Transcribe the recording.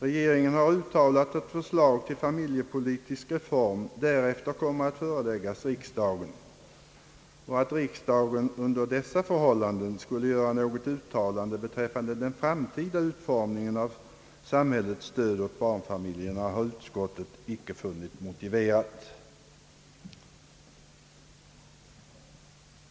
Regeringen har uttalat att förslag till familjepolitisk reform därefter kommer att föreläggas riksdagen. Att riksdagen under dessa förhållanden skulle göra något uttalande beträffande den framtida utformningen av samhällets stöd åt barnfamiljerna har utskottet icke funnit motiverat.